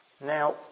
Now